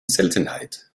seltenheit